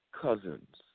Cousins